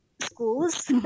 schools